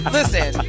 listen